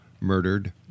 Murdered